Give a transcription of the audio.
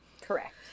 correct